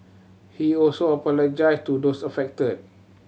he also apologised to those affected